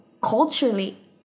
culturally